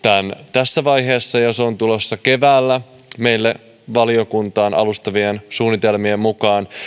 tässä vaiheessa ja se on tulossa keväällä meille valiokuntaan alustavien suunnitelmien mukaan